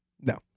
no